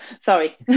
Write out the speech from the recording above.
Sorry